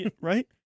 Right